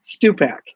Stupak